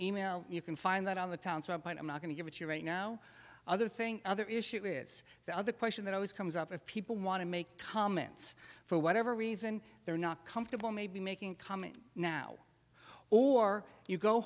e mail you can find that on the town so but i'm not going to give it you're right no other thing other issue is the other question that always comes up of people want to make comments for whatever reason they're not comfortable maybe making comment now or you go